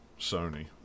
Sony